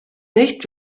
nicht